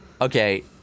Okay